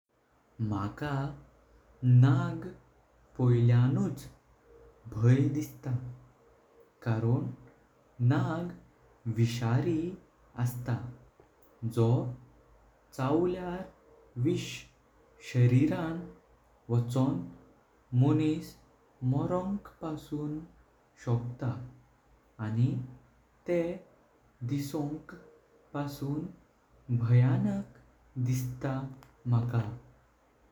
माका नाग पॉयल्यांच भय दिसता कारण नाग विषारी अस्ता जो चावल्यार विष शरीरान वाचन मनिस मरोंक पासून शक्त। आणि तेह दिसोंक पासून भयानक दिसता माका।